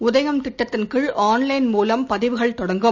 உதயம் திட்டத்தின் கீழ் ஆன்லைன் மூலம் பதிவுகள் தொடங்கும்